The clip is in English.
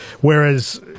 whereas